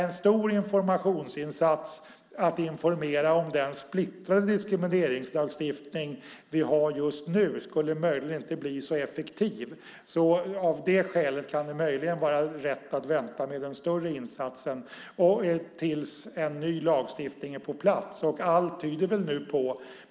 En stor informationsinsats som att informera om den splittrade diskrimineringslagstiftning vi har just nu skulle möjligen inte bli så effektiv. Av det skälet kan det kanske vara rätt att vänta med den större insatsen till dess att en ny lagstiftning är på plats.